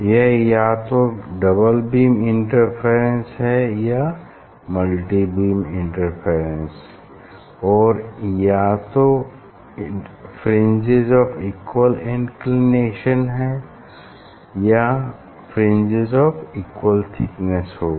यह या तो डबल बीम इंटरफेरेंस है या मल्टी बीम इंटरफेरेंस और यह या तो फ्रिंजेस ऑफ़ इक्वल इंक्लिनेशन होगा या फ्रिंजेस ऑफ़ इक्वल थिकनेस होगा